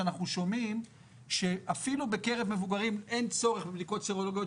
כשאנחנו שומעים שאפילו בקרב מבוגרים אין צורך בבדיקות סרולוגיות,